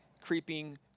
creeping